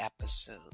episode